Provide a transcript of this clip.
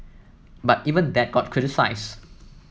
but even that got criticised